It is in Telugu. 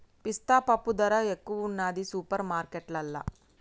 పిస్తా పప్పు ధర ఎక్కువున్నది సూపర్ మార్కెట్లల్లా